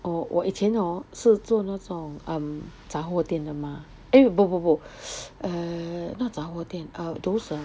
oh 我以前 hor 是做那种 um 杂货店的吗 eh 不不不 err not 杂货店 those err